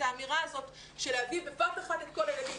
האמירה הזאת של להביא בבת אחת את כל הילדים.